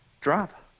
drop